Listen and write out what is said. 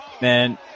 man